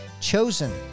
Chosen